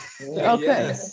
Okay